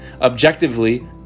Objectively